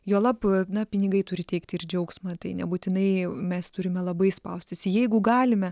juolab na pinigai turi teikti ir džiaugsmą tai nebūtinai mes turime labai spaustis jeigu galime